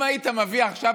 אם היית מביא עכשיו,